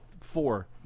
four